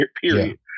period